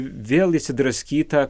vėl įsidraskyta